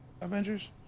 Avengers